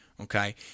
Okay